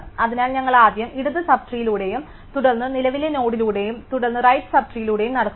അതിനാൽ ഞങ്ങൾ ആദ്യം ഇടത് സബ് ട്രീ യിലൂടെയും തുടർന്ന് നിലവിലെ നോഡിലൂടെയും തുടർന്ന് റൈറ്റ് സബ് ട്രീ യിലൂടെയും നടക്കുക